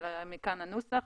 מכאן הנוסח.